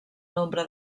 nombre